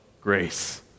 grace